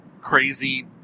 crazy